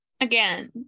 again